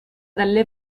dalle